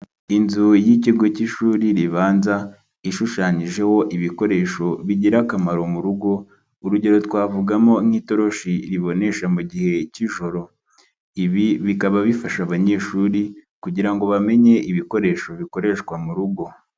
Inzu y'ikigo cy'ishuri ribanza ishushanyijeho ibikoresho bigira akamaro mu rugo. Urugero twavugamo nk'itoroshi ibonesha mu gihe cy'ijoro, ibi bikaba bifasha abanyeshuri kugira ngo bamenye ibikoresho bikoreshwa mu rugo.